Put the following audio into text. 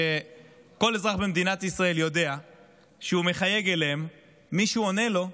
שכל אזרח במדינת ישראל יודע שהוא מחייג אליהם ומישהו עונה לו,